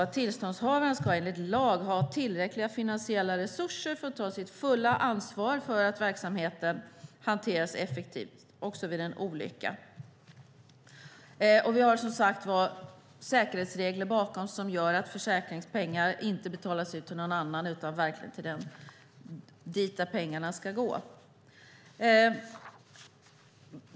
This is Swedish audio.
Tillståndshavaren ska enligt lag ha tillräckliga finansiella resurser för att ta sitt fulla ansvar så att verksamheten hanteras effektivt också vid en olycka. Vi har, som sagt, säkerhetsregler som gör att försäkringspengar inte betalas ut till någon annan utan dit pengarna ska gå.